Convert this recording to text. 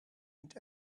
and